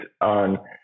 on